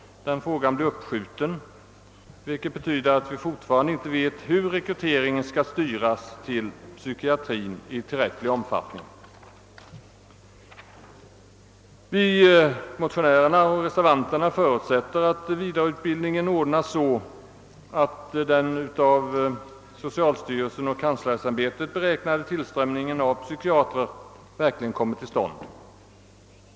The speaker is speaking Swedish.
Denna fråga uppskjutes alltså, vilket betyder att vi fortfarande inte vet hur rekryteringen skall kunna styras till psykiatrin i tillräcklig omfattning. Motionärerna och reservanterna förutsättter att vidareutbildningen ordnas så att den av socialstyrelsen och universitetskanslersämbetet beräknade = tillströmningen av psykiatrer verkligen kommer till stånd.